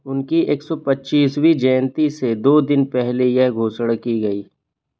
उनकी एक सौ पच्चीसवीं जयंती से दो दिन पहले यह घोषणा की गई